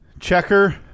Checker